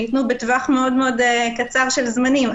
שניתנו בטווח מאוד קצר של זמנים,